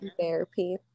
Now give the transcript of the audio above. Therapy